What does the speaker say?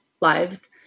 lives